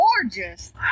gorgeous